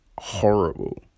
horrible